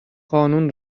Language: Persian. قانون